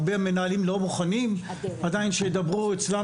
הרבה מנהלים לא מוכנים עדיין שידברו אצלם